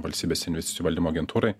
valstybės investicijų valdymo agentūrai